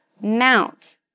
Mount